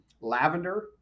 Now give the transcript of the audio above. lavender